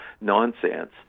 nonsense